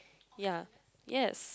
ya yes